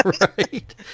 right